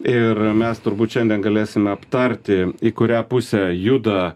ir mes turbūt šiandien galėsime aptarti į kurią pusę juda